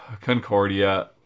Concordia